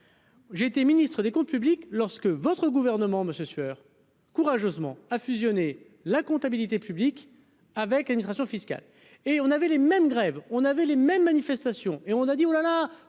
J'ai été ministre des Comptes publics lorsque votre gouvernement monsieur Sueur courageusement à fusionner la comptabilité publique avec administration fiscale et on avait les mêmes grèves, on avait les mêmes manifestations et on a dit : oh la la,